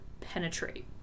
penetrate